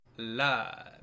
live